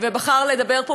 בחר לומר פה,